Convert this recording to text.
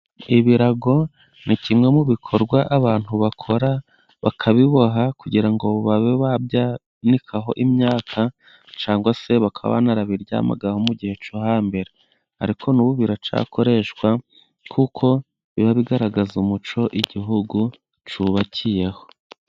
Ibirago ni kimwe mu bikorwa abantu bakora, bakabiboha kugira ngo babe babyanikaho imyaka cyangwa se bakaba barabiryamagaho mu gihe cyo hambere, ariko n'ubu biracyakoreshwa kuko biba bigaragaza umuco Igihugu cyubakiyeho.